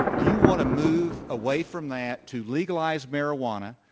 do you want to move away from that to legalize marijuana,